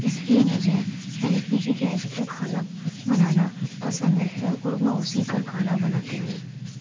اِس لیے مجھے ایل پی جی گیس پر کھانا بنانا پسند ہے اور میں اُسی پر کھانا بناتی ہوں